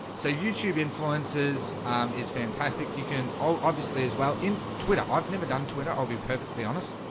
so youtube influences is fantastic. you can all obviously as well in twitter. i've never done twitter. i'll be perfectly honest